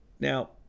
Now